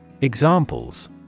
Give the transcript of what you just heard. Examples